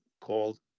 called